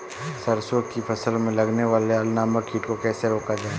सरसों की फसल में लगने वाले अल नामक कीट को कैसे रोका जाए?